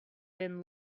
been